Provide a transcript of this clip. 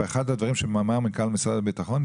אחד הדברים שאמר מנכ"ל משרד הביטחון,